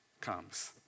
comes